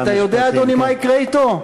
ואתה יודע, אדוני, מה יקרה אתו?